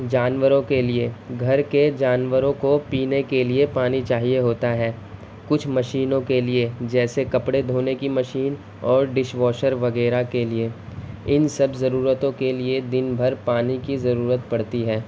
جانوروں کے لیے گھر کے جانوروں کو پینے کے لیے پانی چاہیے ہوتا ہے کچھ مشینوں کے لیے جیسے کپڑے دھونے کی مشین اور ڈش واشر وغیرہ کے لیے ان سب ضرورتوں کے لیے دن بھر پانی کی ضرورت پڑتی ہے